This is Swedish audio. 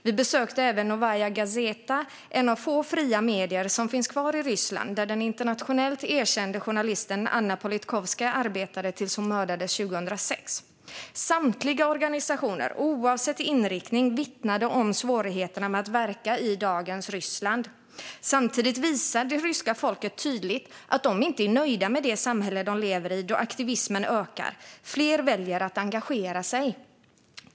Vi besökte även Novaja Gazeta - ett av få fria medier som finns kvar i Ryssland - där den internationellt erkända journalisten Anna Politkovskaja arbetade tills hon mördades 2006. Samtliga organisationer, oavsett inriktning, vittnade om svårigheterna med att verka i dagens Ryssland. Samtidigt visar det ryska folket tydligt att man inte är nöjd med det samhälle man lever i, då aktivismen ökar. Fler väljer att engagera sig.